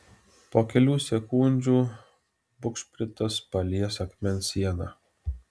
po kelių sekundžių bugšpritas palies akmens sieną